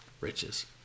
riches